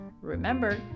Remember